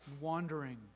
wandering